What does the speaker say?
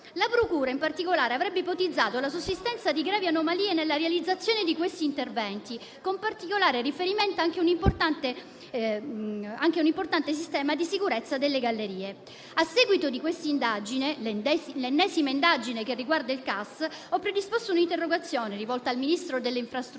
La procura, in particolare, avrebbe ipotizzato la sussistenza di gravi anomalie nella realizzazione di questi interventi, con particolare riferimento anche a un importante sistema di sicurezza delle gallerie. A seguito di questa indagine, l'ennesima, che riguarda il CAS, ho predisposto un'interrogazione rivolta al ministro delle infrastrutture